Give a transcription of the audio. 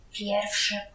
pierwszy